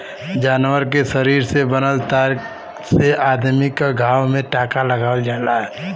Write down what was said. जानवर के शरीर से बनल तार से अदमी क घाव में टांका लगावल जाला